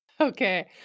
okay